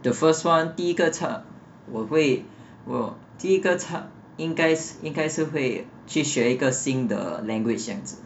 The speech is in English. the first [one] 第一个 cha~ 我会我第一个 cha~ 应该应该是会去学一个新的 language 这样子